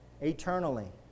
Eternally